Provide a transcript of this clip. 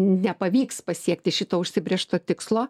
nepavyks pasiekti šito užsibrėžto tikslo